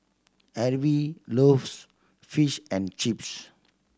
Harvie loves Fish and Chips